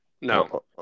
No